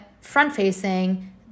front-facing